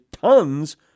tons